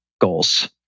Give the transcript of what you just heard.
goals